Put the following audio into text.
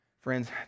friends